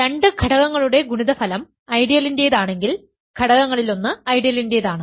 രണ്ട് ഘടകങ്ങളുടെ ഗുണിതഫലം ഐഡിയലിന്റേതാണെങ്കിൽ ഘടകങ്ങളിലൊന്ന് ഐഡിയലിന്റേതാണ്